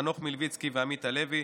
חנוך מלביצקי ועמית הלוי,